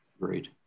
Great